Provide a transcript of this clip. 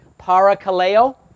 Parakaleo